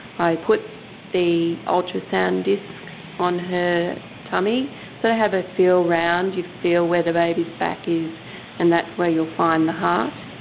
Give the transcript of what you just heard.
i put the ultrasound disc on her tummy, sort of have a feel around, you feel where the baby's back is and that's where you'll find the heart.